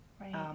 Right